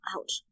ouch